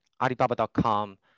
Alibaba.com